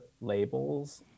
labels